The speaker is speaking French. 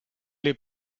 les